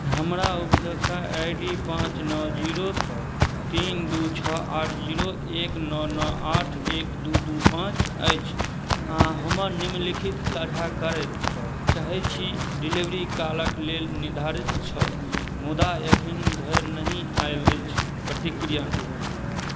हमरा आई डी पाँच नओ जीरो तीन दू छओ आठ जीरो एक नओ नओ आठ एक दू दू पाँच अछि आ हमर निम्नलिखित साझा करय चाहैत छी डिलेबरी कालक लेल निर्धारित छल मुदा अखन धरि नहि आयल अछि प्रतिक्रिया